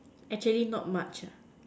actually not much ah